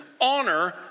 honor